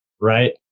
right